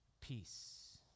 peace